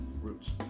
Roots